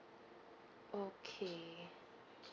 okay